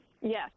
Yes